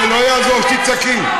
זה לא יעזור שתצעקי.